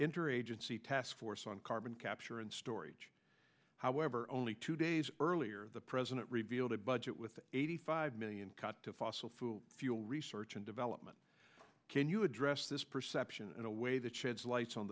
interagency task force on carbon capture and storage however only two days earlier the president revealed a budget with eighty five million cut to fossil fuel fuel research and development can you address this perception in a way that sheds light on